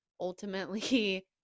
Ultimately